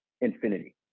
infinity